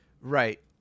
Right